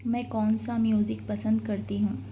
میں کون سا میوزک پسند کرتی ہوں